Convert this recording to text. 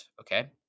okay